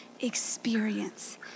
experience